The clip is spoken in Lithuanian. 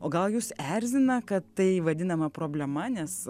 o gal jus erzina kad tai vadinama problema nes